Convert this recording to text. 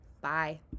Bye